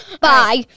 bye